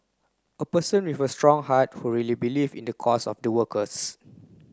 a person with a strong heart who really believe in the cause of the workers